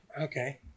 Okay